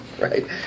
Right